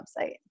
website